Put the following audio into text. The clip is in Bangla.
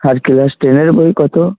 আর ক্লাস টেনের বই কত